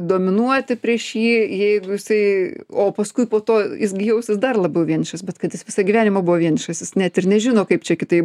dominuoti prieš jį jeigu jisai o paskui po to jis gi jausis dar labiau vienišas bet kad jis visą gyvenimą buvo vienišas jis net ir nežino kaip čia kitaip